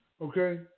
Okay